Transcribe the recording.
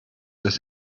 das